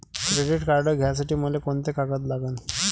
Credit card घ्यासाठी मले कोंते कागद लागन?